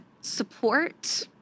support